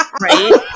Right